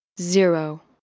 zero